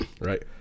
Right